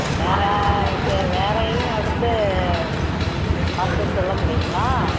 வேறு கே வேறையும் அடுத்து பார்த்து சொல்ல முடியுங்களா